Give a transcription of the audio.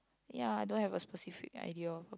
ya I don't have a specific ideal